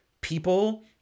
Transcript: people